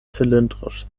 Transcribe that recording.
zylindrisch